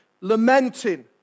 lamenting